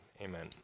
amen